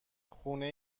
خونه